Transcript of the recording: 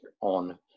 on